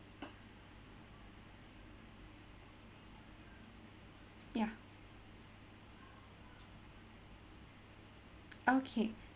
ya okay